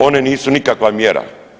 One nisu nikakva mjera.